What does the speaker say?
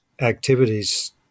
activities